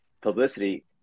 publicity